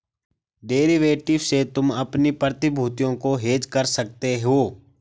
derivative से तुम अपनी प्रतिभूतियों को हेज कर सकते हो